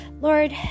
Lord